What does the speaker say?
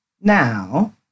Now